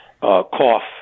cough